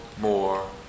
more